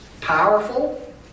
powerful